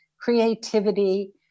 creativity